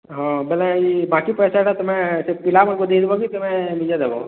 ହଁ ବେଲେ ଇ ବାକି ପଇସାଟା ତୁମେ ସେ ପିଲାମାନଙ୍କୁ ଦେଇଦେବ କି ତୁମେ ନିଜେ ଦେବ